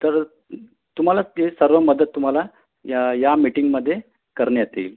तर तुम्हाला ते सर्व मदत तुम्हाला या या मिटींगमध्ये करण्यात येईल